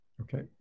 Okay